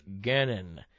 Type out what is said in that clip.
Gannon